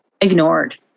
ignored